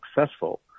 successful